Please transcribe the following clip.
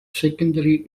secondary